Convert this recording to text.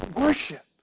worship